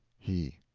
he.